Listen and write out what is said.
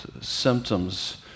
symptoms